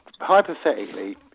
Hypothetically